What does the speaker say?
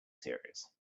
serious